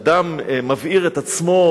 שאדם מבעיר את עצמו,